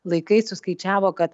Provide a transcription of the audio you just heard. laikais suskaičiavo kad